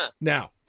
Now